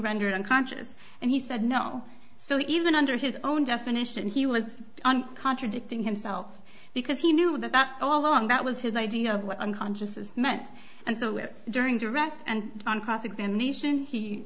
ndered unconscious and he said no so even under his own definition he was on contradicting himself because he knew that all along that was his idea of what unconscious is meant and so with during direct and on cross examination he